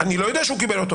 אני לא יודע שהוא קיבל אותו